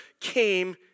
came